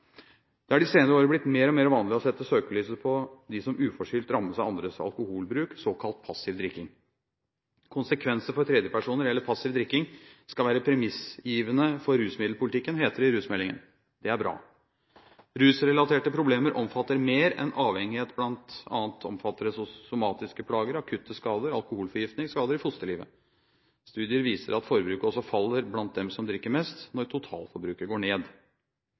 Det er de senere år blitt mer og mer vanlig å sette søkelyset på dem som uforskyldt rammes av andres alkoholbruk, såkalt passiv drikking. Konsekvenser for tredjepersoner eller passiv drikking skal være premissgivende for rusmiddelpolitikken, heter det i rusmeldingen. Det er bra. Rusrelaterte problemer omfatter mer enn avhengighet, bl.a. somatiske plager, akutte skader, alkoholforgiftning og skader i fosterlivet. Studier viser at forbruket også faller blant dem som drikker mest, når totalforbruket går ned.